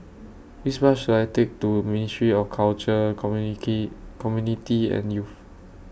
Which Bus should I Take to Ministry of Culture Community and Youth